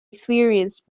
experienced